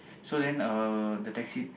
so then uh the taxi